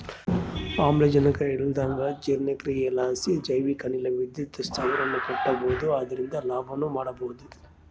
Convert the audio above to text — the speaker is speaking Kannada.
ಆಮ್ಲಜನಕ ಇಲ್ಲಂದಗ ಜೀರ್ಣಕ್ರಿಯಿಲಾಸಿ ಜೈವಿಕ ಅನಿಲ ವಿದ್ಯುತ್ ಸ್ಥಾವರವನ್ನ ಕಟ್ಟಬೊದು ಅದರಿಂದ ಲಾಭನ ಮಾಡಬೊಹುದು